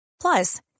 Plus